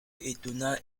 étonnant